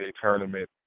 tournament